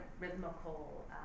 rhythmical